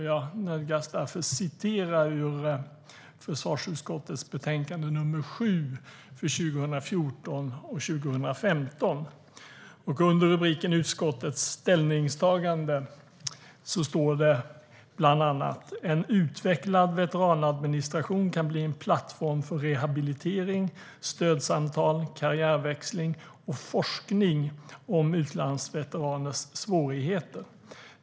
Jag nödgas därför citera ut försvarsutskottets betänkande nr 7 från 2014/15. Under rubriken Utskottets ställningstagande står det bland annat: "En utvecklad veteranadministration kan bli en plattform för rehabilitering, stödsamtal, karriärväxling och forskning om utlandsveteraners svårigheter.